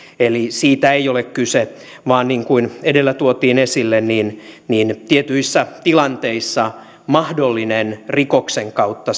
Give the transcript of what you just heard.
eli siitä ei ole kyse vaan niin kuin edellä tuotiin esille tietyissä tilanteissa mahdollisen rikoksen kautta